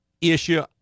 issue